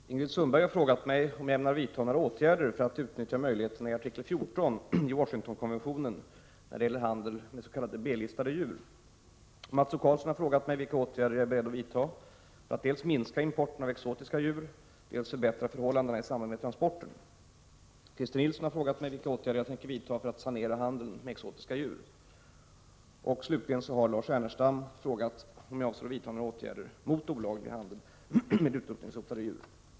Herr talman! Ingrid Sundberg har frågat mig om jag ämnar vidta några åtgärder för att utnyttja möjligheterna i artikel 14 i Washingtonkonventionen vad gäller handel med B-listade djur. Mats O Karlsson har frågat mig vilka åtgärder jag är beredd att vidta för att dels minska importen av exotiska djur, dels förbättra förhållandena i samband med transporten m.m. Christer Nilsson har frågat mig vilka åtgärder jag tänker vidta för att sanera handeln med exotiska djur. Slutligen har Lars Ernestam frågat om jag avser vidta några åtgärder mot olaglig handel med utrotningshotade djur.